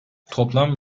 toplam